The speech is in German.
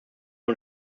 und